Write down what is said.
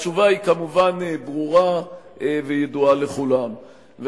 התשובה כמובן ברורה וידועה לכולם.